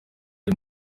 iri